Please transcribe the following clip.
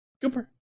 Cooper